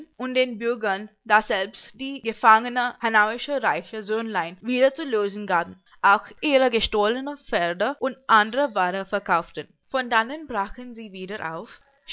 und den bürgern daselbst die gefangene hanauische reiche söhnlein wieder zu lösen gaben auch ihre gestohlene pferde und andere ware verkauften von dannen brachen sie wieder auf